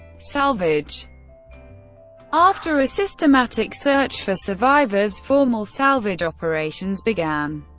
salvage after a systematic search for survivors, formal salvage operations began.